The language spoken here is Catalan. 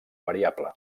variable